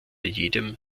jedem